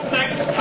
next